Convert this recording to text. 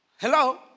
Hello